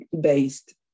based